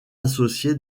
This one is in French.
associé